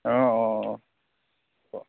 অঁ অঁ অঁ অঁ